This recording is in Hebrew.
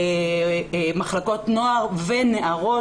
להחזיר מחלקות נוער ונערות,